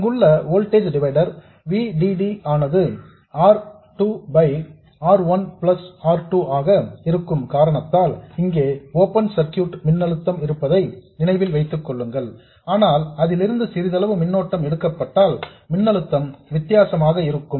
இங்குள்ள voltage divider V D D ஆனது R 2 by R 1 plus R 2 ஆக இருக்கும் காரணத்தால் இங்கே ஓபன் சர்க்யூட் மின்னழுத்தம் இருப்பதை நினைவில் கொள்ளுங்கள் ஆனால் அதிலிருந்து சிறிதளவு மின்னோட்டம் எடுக்கப்பட்டால் மின்னழுத்தம் வித்தியாசமாக இருக்கும்